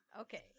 okay